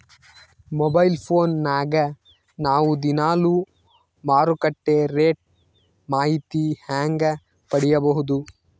Mobile phone ದಾಗ ನಾವು ದಿನಾಲು ಮಾರುಕಟ್ಟೆ ರೇಟ್ ಮಾಹಿತಿ ಹೆಂಗ ಪಡಿಬಹುದು?